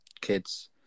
kids